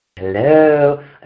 Hello